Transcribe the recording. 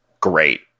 great